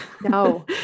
No